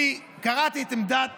אני קראתי את עמדת